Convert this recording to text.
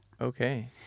Okay